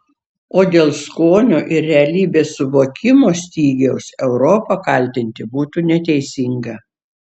o dėl skonio ir realybės suvokimo stygiaus europą kaltinti būtų neteisinga